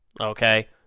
Okay